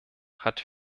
hat